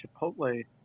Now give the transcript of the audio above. Chipotle